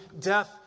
death